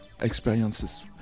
experiences